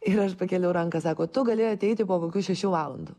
ir aš pakėliau ranką sako tu gali ateiti po kokių šešių valandų